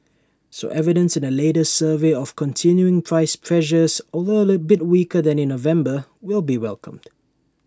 so evidence in the latest survey of continuing price pressures although A bit weaker than in November will be welcomed